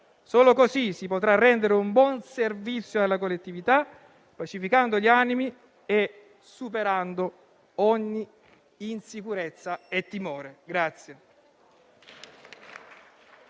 Solo così si potrà rendere un buon servizio alla collettività, pacificando gli animi e superando ogni insicurezza e timore.